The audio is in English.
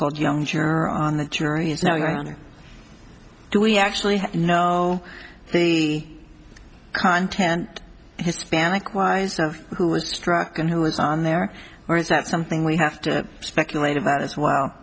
called young chair on the jury is now going on do we actually know the content hispanic wise of who was struck and who was on there or is that something we have to speculate about as well